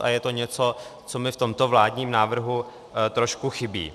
A je to něco, co mi v tomto vládním návrhu trošku chybí.